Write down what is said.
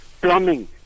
plumbing